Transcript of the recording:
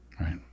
right